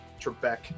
Trebek